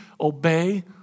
obey